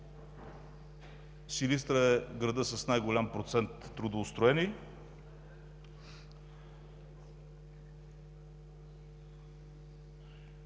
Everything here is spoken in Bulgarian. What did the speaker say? Силистра е градът с най-голям процент трудоустроени.